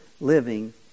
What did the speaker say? living